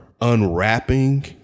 unwrapping